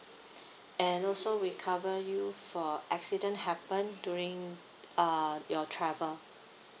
and also we cover you for accident happen during uh your travel